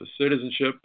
citizenship